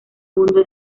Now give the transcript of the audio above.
mundo